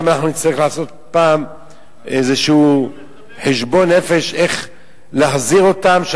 אנחנו גם נצטרך לעשות פעם איזשהו חשבון נפש איך להחזיר אותם.